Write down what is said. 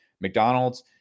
McDonald's